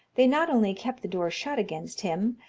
they not only kept the door shut against him,